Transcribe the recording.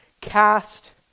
cast